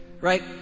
right